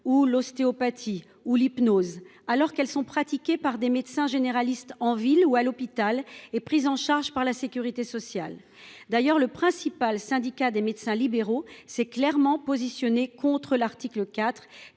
l’ostéopathie ou l’hypnose, sont pratiquées par des médecins généralistes, en ville ou à l’hôpital, et prises en charge par la sécurité sociale. D’ailleurs, le principal syndicat des médecins libéraux s’est clairement positionné contre l’article 4